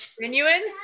Genuine